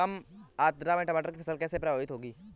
कम आर्द्रता में टमाटर की फसल कैसे प्रभावित होगी?